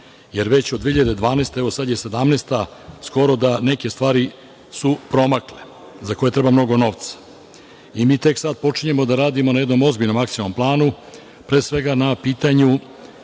jer već od 2012, a evo sad je 2017. godina, skoro da su neke stvari promakle, za koje treba mnogo novca. Mi tek sada počinjemo da radimo na jednom ozbiljnom akcionom planu, pre svega na pitanju